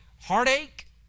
heartache